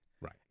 Right